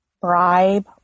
bribe